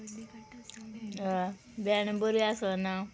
बेण बरें आसना